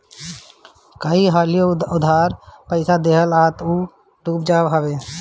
कई हाली उधार पईसा देहला पअ उ डूब जात हवे